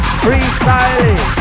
freestyling